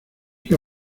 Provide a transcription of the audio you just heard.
que